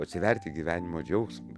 atsiverti gyvenimo džiaugsmui